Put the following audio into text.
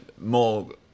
more